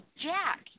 Jack